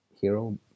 hero